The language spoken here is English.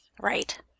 Right